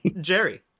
Jerry